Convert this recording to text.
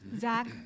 Zach